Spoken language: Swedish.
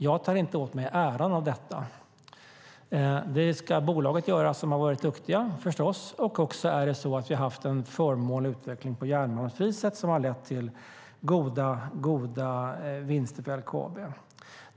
Jag tar inte åt mig äran för detta. Det ska förstås bolaget, som har varit duktigt, göra. Vi har också haft en förmånlig utveckling på järnmalmspriset, vilket har lett till goda vinster för LKAB.